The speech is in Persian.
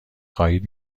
خواهید